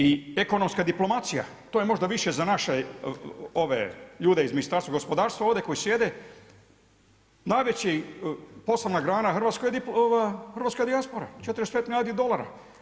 I ekonomska diplomacija, to je možda više za naše ljude iz Ministarstva gospodarstva ovdje koji sjede, najveća poslovna grana u Hrvatskoj hrvatska dijaspora 45 milijardi dolara.